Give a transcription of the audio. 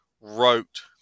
wrote